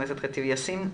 ח"כ ח'טיב יאסין.